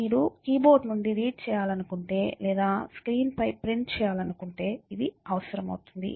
మీరు కీబోర్డ్ నుండి రీడ్ చేయాలనుకుంటే లేదా స్క్రీన్పై ప్రింట్ చేయాలనుకుంటే ఇది అవసరం అవుతుంది